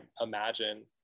imagine